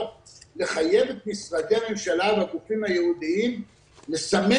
לחייב את משרדי הממשלה והגופים הייעודיים לסמן